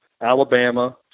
Alabama